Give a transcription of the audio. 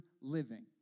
living